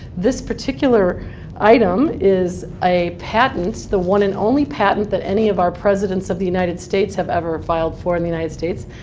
this particular item is a patent, the one and only patent that any of our presidents of the united states have ever filed for in the united states.